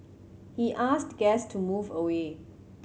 he asked guest to move away